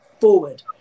forward